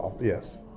Yes